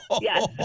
Yes